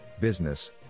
business